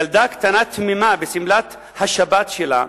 ילדה קטנה תמימה בשמלת השבת שלה.